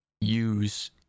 use